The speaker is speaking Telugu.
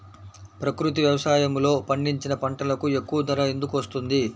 ప్రకృతి వ్యవసాయములో పండించిన పంటలకు ఎక్కువ ధర ఎందుకు వస్తుంది?